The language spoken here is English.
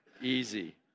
easy